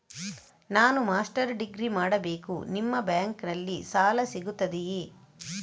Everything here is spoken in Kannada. ನಾನು ಮಾಸ್ಟರ್ ಡಿಗ್ರಿ ಮಾಡಬೇಕು, ನಿಮ್ಮ ಬ್ಯಾಂಕಲ್ಲಿ ಸಾಲ ಸಿಗುತ್ತದೆಯೇ?